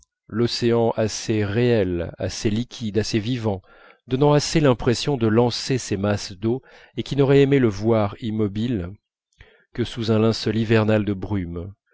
l'océan assez réel assez liquide assez vivant donnant assez l'impression de lancer ses masses d'eau et qui n'aurais aimé le voir immobile que sous un linceul hivernal de brume